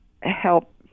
help